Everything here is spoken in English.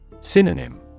Synonym